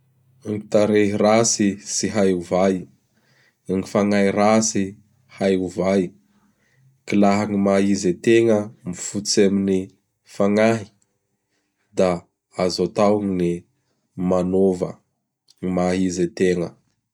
Gny tarehy ratsy tsy hay ovay, gn fagnahy ratsy, hay ovay. K laha gny maha izy ategna mifototsy amin' ny fagnahy. Da azo atao gn ny manova gny maha izy ategna.